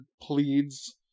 pleads